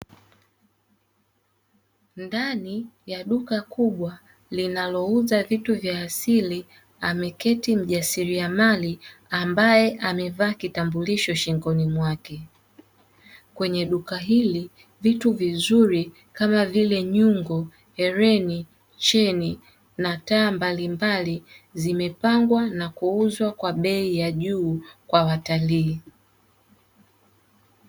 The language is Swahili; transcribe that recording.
Ndani ya duka kubwa linalouza vitu vya asili ameketi mjasiriamali ambaye amevaa kitambulisho shingoni mwake. Kwenye duka hili vitu vizuri kama vile nyungu, heren, cheni na taa mbali mbali zimepangwa na kuuzwa kwa bei ya juu kwa watalii.